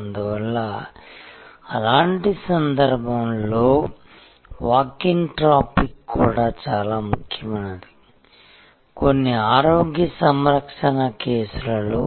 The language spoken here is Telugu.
అందువల్ల అలాంటి సందర్భాలలో వాక్ ఇన్ ట్రాఫిక్ కూడా చాలా ముఖ్యమైనది కొన్ని ఆరోగ్య సంరక్షణ కేసులలో